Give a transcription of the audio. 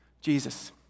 Jesus